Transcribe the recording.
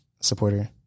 supporter